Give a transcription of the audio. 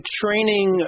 training